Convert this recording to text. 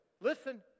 listen